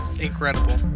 Incredible